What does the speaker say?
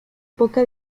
poca